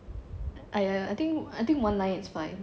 !aiya! I think I think one line is fine